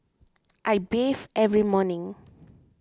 I bathe every morning